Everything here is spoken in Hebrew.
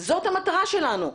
זאת המטרה שלנו,